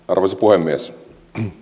arvoisa puhemies